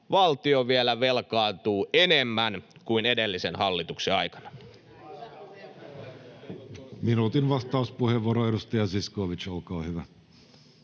valtio vielä velkaantuu enemmän kuin edellisen hallituksen aikana. Minuutin vastauspuheenvuoro, edustaja Zyskowicz, olkaa hyvä.